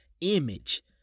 image